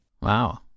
Wow